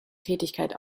tätigkeit